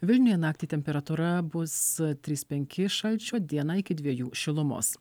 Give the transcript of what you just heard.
vilniuje naktį temperatūra bus trys penki šalčio dieną iki dviejų šilumos